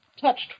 touched